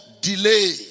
delay